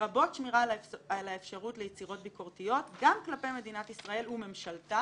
לרבות שמירה על האפשרות ליצירות ביקורתיות גם כלפי מדינת ישראל וממשלתה,